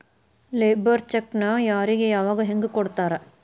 Labour ಚೆಕ್ಕ್ನ್ ಯಾರಿಗೆ ಯಾವಗ ಹೆಂಗ್ ಕೊಡ್ತಾರ?